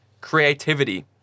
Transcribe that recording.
creativity